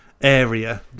area